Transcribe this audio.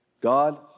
God